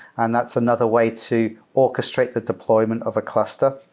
and that's another way to orchestrate the deployment of a cluster,